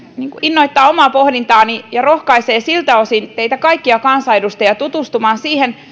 innoittaa omaa pohdintaani ja rohkaisee siltä osin teitä kaikkia kansanedustajia tutustumaan siihen